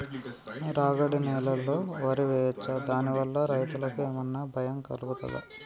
రాగడి నేలలో వరి వేయచ్చా దాని వల్ల రైతులకు ఏమన్నా భయం కలుగుతదా?